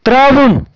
ترٛاوُن